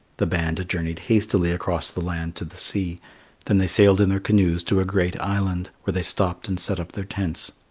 the band journeyed hastily across the land to the sea then they sailed in their canoes to a great island, where they stopped and set up their tents.